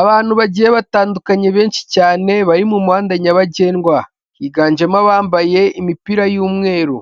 Abantu bagiye batandukanye benshi cyane bari mu muhanda nyabagendwa, higanjemo abambaye imipira y'umweru,